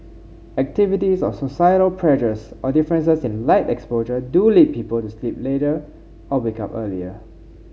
activities or societal pressures or differences in light exposure do lead people to sleep later or wake up earlier